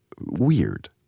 weird